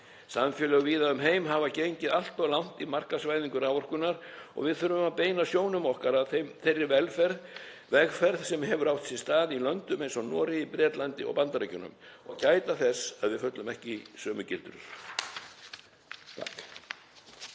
Samfélög víða um heim hafa gengið allt of langt í markaðsvæðingu raforkunnar og við þurfum við að beina sjónum okkar að þeirri vegferð sem hefur átt sér stað í löndum eins og Noregi, Bretlandi og Bandaríkjunum og gæta þess að við föllum ekki í sömu gildrur.